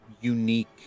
unique